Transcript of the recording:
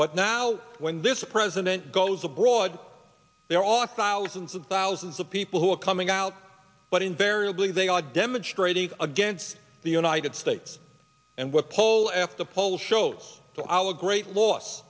but now when this president goes abroad there are thousands and thousands of people who are coming out but invariably they are demonstrating against the united states and what poll after poll shows that our great loss